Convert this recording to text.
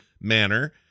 manner